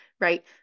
right